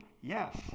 Yes